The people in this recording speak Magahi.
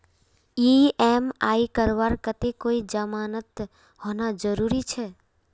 ई.एम.आई करवार केते कोई जमानत होना जरूरी छे?